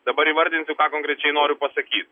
dabar įvardinsiu ką konkrečiai noriu pasakyt